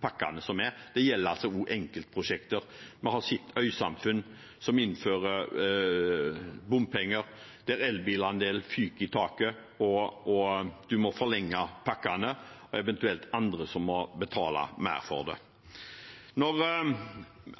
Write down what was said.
pakkene som er. Det gjelder også enkeltprosjekter. Vi har sett øysamfunn som innfører bompenger, og der elbilandelen fyker i taket og en må forlenge pakkene, eventuelt at andre må betale mer for det. Når